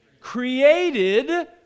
Created